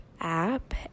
app